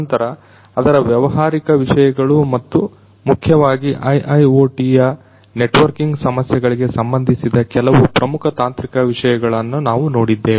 ನಂತರ ಅದರ ವ್ಯವಹಾರಿಕ ವಿಷಯಗಳು ಮತ್ತು ಮುಖ್ಯವಾಗಿ IIoTಯ ನೆಟ್ವರ್ಕಿಂಗ್ ಸಮಸ್ಯೆಗಳಿಗೆ ಸಂಬಂಧಿಸಿದ ಕೆಲವು ಪ್ರಮುಖ ತಾಂತ್ರಿಕ ವಿಷಯಗಳನ್ನು ನಾವು ನೋಡಿದ್ದೇವೆ